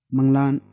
Manglan